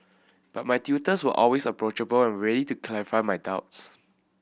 but my tutors were always approachable and ready to clarify my doubts